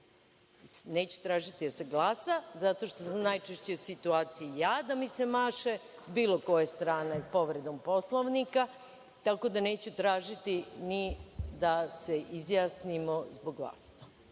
Neću tražiti da se glasa zato što sam najčešće u situaciji ja da mi se maše s bilo koje strane povredom Poslovnika, tako da neću tražiti ni da se izjasnimo zbog vas.